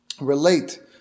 relate